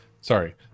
Sorry